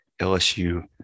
LSU